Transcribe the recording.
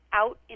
out